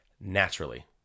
naturally